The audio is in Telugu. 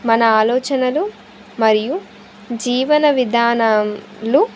మన ఆలోచనలు మరియు జీవన విధానాలు